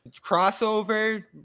crossover –